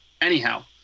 Anyhow